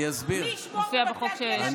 מופיע בחוק, מי ישמור בבתי הכלא הביטחוניים?